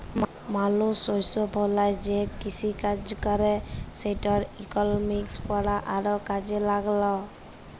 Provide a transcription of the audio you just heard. মালুস শস্য ফলায় যে কিসিকাজ ক্যরে সেটর ইকলমিক্স পড়া আরও কাজে ল্যাগল